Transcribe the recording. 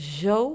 zo